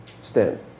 stand